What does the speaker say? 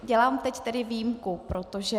Dělám teď tedy výjimku, protože...